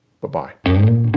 Bye-bye